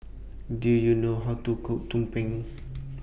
Do YOU know How to Cook Tumpeng